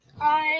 hi